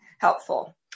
helpful